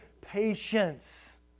patience